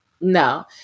no